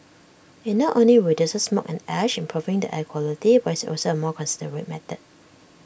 IT not only reduces smoke and ash improving the air quality but is also A more considerate method